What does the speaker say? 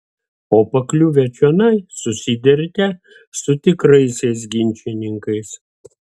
o pakliuvę čionai susiduriate su tikraisiais ginčininkais